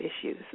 issues